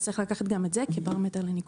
אז צריך לקחת גם את זה כפרמטר לניקוד.